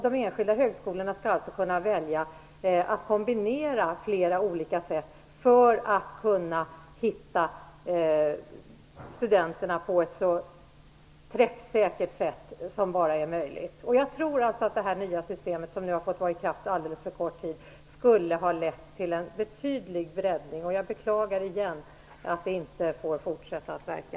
De enskilda högskolorna skall kunna välja att kombinera flera urvalsmetoder för att hitta studenterna så träffsäkert som möjligt. Jag tror att det nya systemet, som fått vara i kraft alldeles för kort tid, skulle ha lett till en breddning. Jag beklagar återigen att det inte får fortsätta.